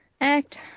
act